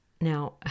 Now